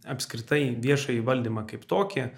apskritai į viešąjį valdymą kaip tokį